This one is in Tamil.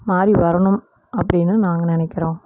மாறி வரணும் அப்படின்னு நாங்கள் நினைக்கிறோம்